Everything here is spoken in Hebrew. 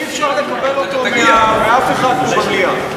אי-אפשר לקבל אותו מאף אחד פה במליאה,